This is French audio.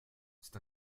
c’est